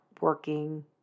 working